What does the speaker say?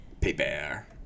paper